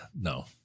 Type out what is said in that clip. No